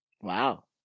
Wow